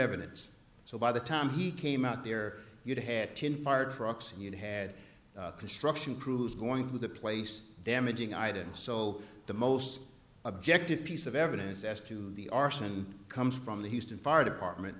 evidence so by the time he came out there you'd had ten fire trucks and you had construction crews going to the place damaging either so the most objective piece of evidence as to the arson comes from the houston fire department